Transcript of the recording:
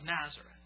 Nazareth